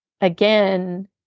again